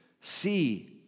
see